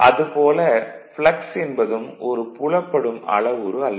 அது போல ப்ளக்ஸ் என்பதும் ஒரு புலப்படும் அளவுரு அல்ல